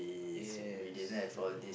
yes uh